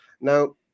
Now